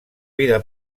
vida